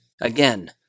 Again